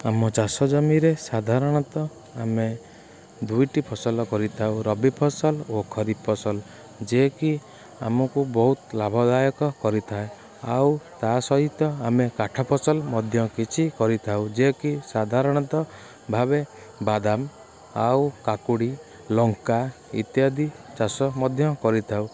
ଆମ ଚାଷ ଜମିରେ ସାଧାରଣତଃ ଆମେ ଦୁଇଟି ଫସଲ କରିଥାଉ ରବି ଫସଲ ଓ ଖରିଫ୍ ଫସଲ ଯେ କି ଆମକୁ ବହୁତ ଲାଭଦାୟକ କରିଥାଏ ଆଉ ତା ସହିତ ଆମେ କାଠ ଫସଲ ମଧ୍ୟ କିଛି କରିଥାଉ ଯେ କି ସାଧାରଣତଃ ଭାବେ ବାଦାମ ଆଉ କାକୁଡ଼ି ଲଙ୍କା ଇତ୍ୟାଦି ଚାଷ ମଧ୍ୟ କରିଥାଉ